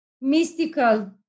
mystical